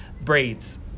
braids